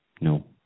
no